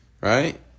Right